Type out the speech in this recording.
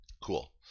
Cool